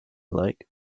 like